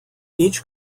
each